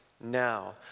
now